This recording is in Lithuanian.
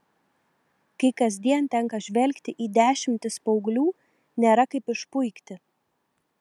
kai kasdien tenka žvelgti į dešimtis paauglių nėra kaip išpuikti